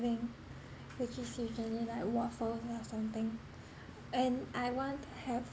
having which is usually like waffles or something and I want to have